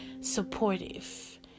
supportive